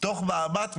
תוך מאמץ,